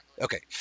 Okay